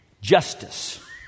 justice